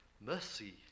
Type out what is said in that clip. mercy